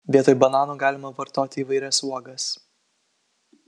vietoj bananų galima vartoti įvairias uogas